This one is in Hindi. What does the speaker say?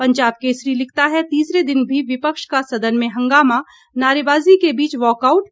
पंजाब केसरी लिखता है तीसरे दिन भी विपक्ष का सदन में हंगामा नारेबाजी के बीच वॉकआऊट